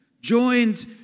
joined